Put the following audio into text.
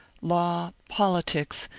law, politics,